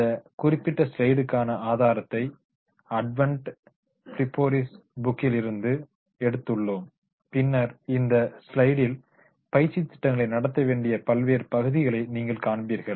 இந்த குறிப்பிட்ட ஸ்லைடுக்கான ஆதாரத்தை அட்வென்ட் பிளிப்போா்ஸ் புக்யில் இருந்து Advent Flipor's Book எடுத்துள்ளோம் பின்னா் இந்த ஸ்லைடில் பயிற்சித் திட்டங்களை நடத்தவேண்டிய பல்வேறு பகுதிகளை நீங்கள் காண்பீர்கள்